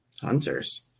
hunters